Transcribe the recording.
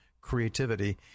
creativity